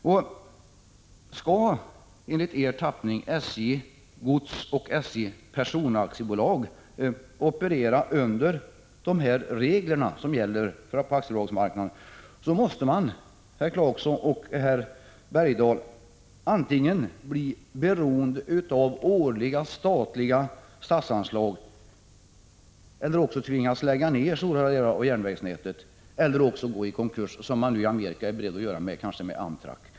Om, enligt er tappning, SJ Godstrafik AB och SJ Persontrafik AB skall operera enligt de regler som gäller på aktiebolagsmarknaden, då blir bolagen, herr Clarkson och herr Bergdahl, antingen beroende av årliga statsanslag eller också tvungna att lägga ner stora delar av järnvägsnätet. Ett tredje alternativ är att låta bolagen gåi konkurs, som man nu är beredd att göra i Amerika när det gäller Amtrac.